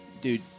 dude